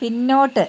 പിന്നോട്ട്